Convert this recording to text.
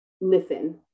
listen